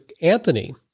Anthony